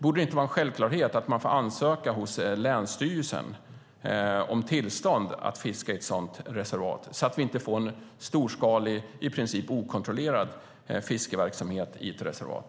Borde det inte vara en självklarhet att man hos länsstyrelsen ska ansöka om tillstånd för att fiska i ett sådant reservat så att vi inte får en storskalig och i princip okontrollerad fiskeverksamhet i ett reservat?